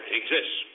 exists